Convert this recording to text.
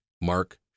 Mark